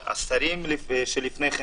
ולמה השרים שלפני כן,